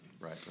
right